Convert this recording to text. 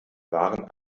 wahren